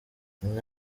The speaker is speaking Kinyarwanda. bimwe